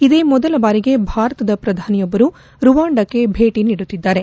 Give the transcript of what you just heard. ಇದೇ ಮೊದಲ ಬಾರಿಗೆ ಭಾರತದ ಪ್ರಧಾನಿಯೊಬ್ಬರು ರುವಾಂಡಕ್ಕೆ ಭೇಟ ನೀಡುತ್ತಿದ್ದಾರೆ